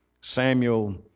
Samuel